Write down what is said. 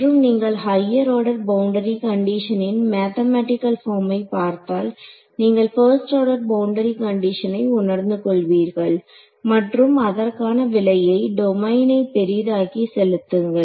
மற்றும் நீங்கள் higher order boundary கண்டிஷனின் மேத்தமேட்டிக்கல் பார்மை பார்த்தால் நீங்கள் 1st ஆர்டர் பவுண்டரி கண்டிஷனை உணர்ந்து கொள்வீர்கள் மற்றும் அதற்கான விலையை டொமைனை பெரிதாக்கி செலுத்துங்கள்